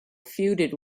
feuded